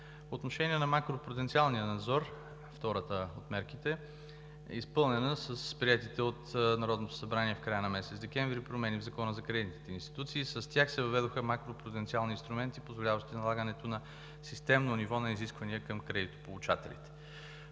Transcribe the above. отношение на „Макропруденциален надзор“ – втората от мерките, е изпълнена с приетите от Народното събрание в края на месец декември промени в Закона за кредитните институции. С тях се въведоха макропруденциални инструменти, позволяващи налагането на системно ниво на изисквания към кредитополучателите.